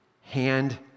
Hand